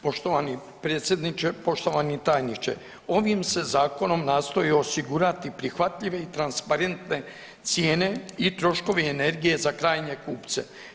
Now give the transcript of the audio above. Poštovani predsjedniče, poštovani tajniče, ovim se Zakonom nastoji osigurati prihvatljive i transparentne cijene i troškovi energije za krajnje kupce.